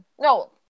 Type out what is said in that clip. No